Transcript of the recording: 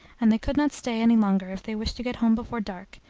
and they could not stay any longer if they wished to get home before dark,